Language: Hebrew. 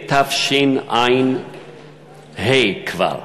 לתשע"ה, כבר.